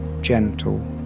gentle